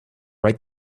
write